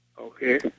Okay